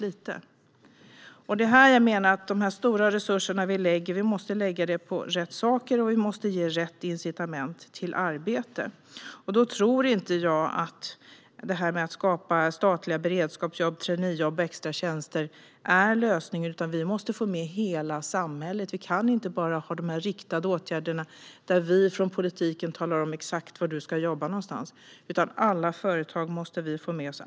Därför menar jag att vi måste lägga de stora resurser vi lägger på detta på rätt saker, och vi måste ge rätt incitament till arbete. Jag tror inte att skapandet av statliga beredskapsjobb, traineejobb och extratjänster är lösningen, utan vi måste få med hela samhället. Vi kan inte bara ha de riktade åtgärderna, där vi från politiken talar om exakt var människor ska jobba någonstans. Vi måste få med oss alla företag.